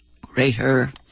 greater